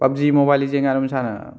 ꯄꯞꯖꯤ mobile ꯂꯦꯖꯦꯟꯒ ꯑꯗꯨꯝ ꯁꯥꯟꯅ